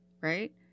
right